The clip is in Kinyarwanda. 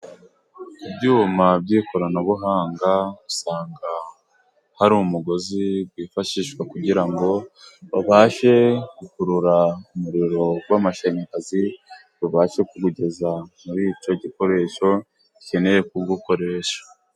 Ibyuma by'ikoranabuhanga usanga hari umugozi wifashishwa kugira ngo babashe gukurura umuriro w'amashanyarazi, babashe kuwugeza muri icyo gikoresho gikeneye kuwukoresha.